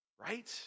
right